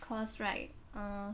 cause right err